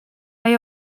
mae